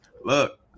Look